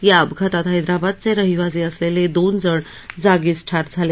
या अपघातात हैदराबादचे रहिवासी असलेले दोन जण जागीच ठार झाले